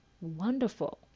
wonderful